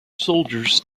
soldiers